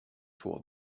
for